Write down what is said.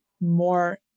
more